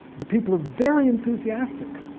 the people are very enthusiastic,